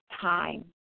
time